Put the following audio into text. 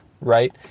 right